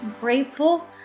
grateful